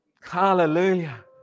Hallelujah